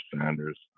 Sanders